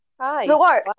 Hi